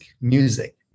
music